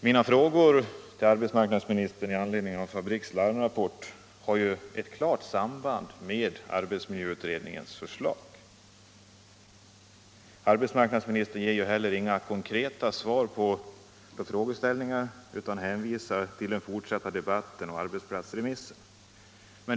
Mina frågor till arbetsmarknadsministern med anledning av Fabriks larmrapport har ett klart samband med arbetsmiljöutredningens förslag. Arbetsmarknadsministern ger heller inga konkreta svar på frågeställningarna, utan hänvisar till den fortsatta debatten och arbetsplatsremissen.